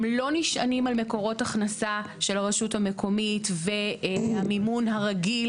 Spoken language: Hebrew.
הם לא נשענים על מקורות הכנסה של הרשות המקומית והמימון הרגיל.